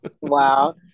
wow